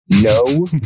no